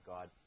God